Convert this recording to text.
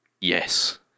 yes